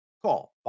Call